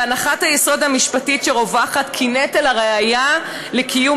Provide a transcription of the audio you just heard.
והנחת היסוד המשפטית שרווחת היא כי נטל הראיה לקיום